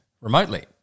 remotely